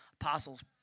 apostles